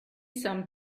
some